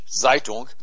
Zeitung